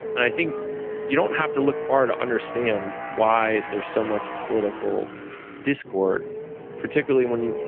i think you don't have to look far to understand why there's so much political discord particularly when,